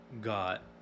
got